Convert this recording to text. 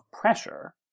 pressure